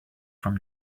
from